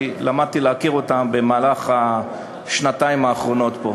למדתי להכיר במהלך השנתיים האחרונות פה.